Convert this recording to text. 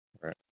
Right